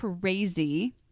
crazy